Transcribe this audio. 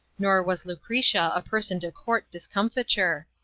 nor was lucretia a person to court discomfiture.